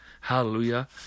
Hallelujah